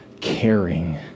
caring